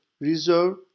reserve